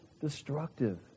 destructive